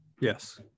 Yes